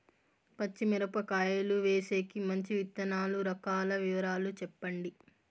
పచ్చి మిరపకాయలు వేసేకి మంచి విత్తనాలు రకాల వివరాలు చెప్పండి?